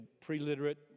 pre-literate